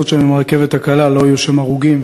שם עם הרכבת הקלה לא יהיו שם הרוגים.